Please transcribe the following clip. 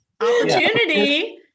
Opportunity